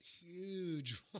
huge